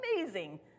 amazing